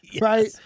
right